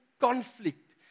conflict